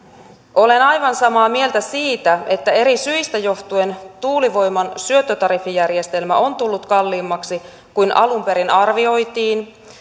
olen aivan samaa mieltä siitä että eri syistä johtuen tuulivoiman syöttötariffijärjestelmä on tullut kalliimmaksi kuin alun perin arvioitiin